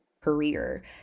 career